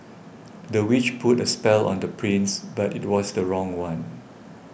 the witch put a spell on the prince but it was the wrong one